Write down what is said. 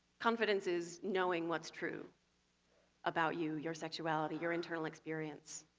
confidence is knowing what's true about you, your sexuality, your internal experience.